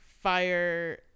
fire